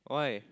why